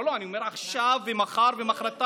לא, לא, אני אומר: עכשיו ומחר ומוחרתיים.